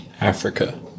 Africa